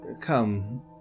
Come